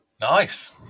Nice